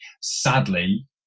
Sadly